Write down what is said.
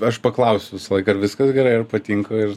aš paklausiu visąlaik ar viskas gerai ar patinka ir